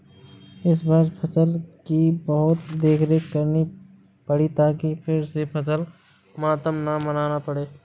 इस वर्ष फसल की बहुत देखरेख करनी पड़ी ताकि फिर से फसल मातम न मनाना पड़े